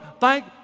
thank